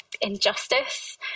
injustice